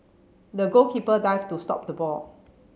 the goalkeeper dived to stop the ball